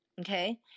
Okay